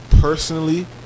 personally